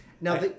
Now